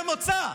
הפה,